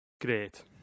great